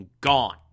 Gone